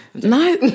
No